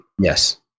Yes